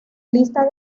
lista